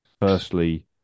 firstly